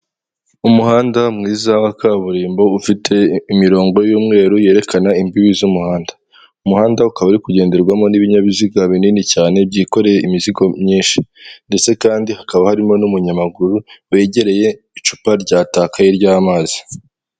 Umuhanda mwiza wa kaburimbo ufite imirongo y'umweru yerekana imbibi z'umuhanda, umuhanda ukaba uri kugenderwamo n'ibinyabiziga binini cyane byikoreye imizigo myinshi ndetse kandi hakaba harimo n'umunyamaguru wegereye icupa ryatakaye ry'amazi.